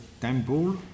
temple